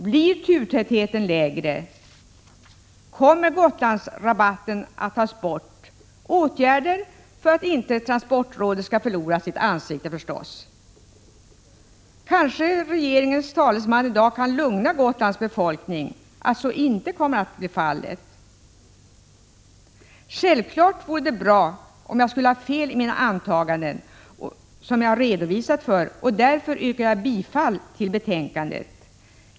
Blir turtätheten lägre? Kommer Gotlandsrabatten att tas bort? Det kan förstås bli åtgärder för att inte transportrådet skall förlora sitt ansikte. Kanske regeringens talesman i dag kan lugna Gotlands befolkning med att så inte kommer att bli fallet. Självfallet vore det bra om jag skulle ha fel i de antaganden som jag har redovisat, och därför yrkar jag bifall till utskottets hemställan.